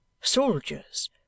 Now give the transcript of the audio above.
soldiers